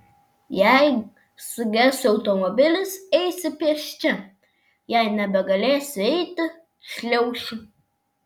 jei suges automobilis eisiu pėsčia jei nebegalėsiu eiti šliaušiu